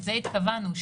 לזה התכוונו,